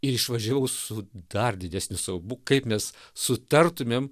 ir išvažiavau su dar didesniu siaubu kaip mes sutartumėm